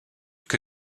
que